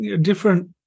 different